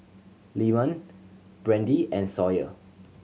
Lyman Brandi and Sawyer